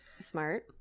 Smart